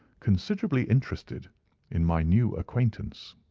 considerably interested in my new acquaintance.